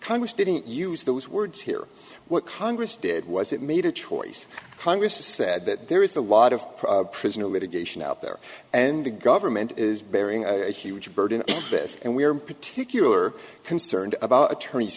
congress didn't use those words here what congress did was it made a choice congress has said that there is a lot of prisoner litigation out there and the government is bearing a huge burden on this and we are in particular concerned about attorneys